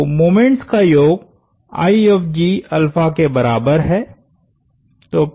तो मोमेंट्स का योग के बराबर है